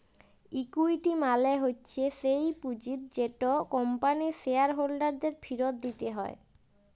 equity মালে হচ্যে স্যেই পুঁজিট যেট কম্পানির শেয়ার হোল্ডারদের ফিরত দিতে হ্যয়